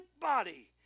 body